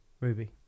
Ruby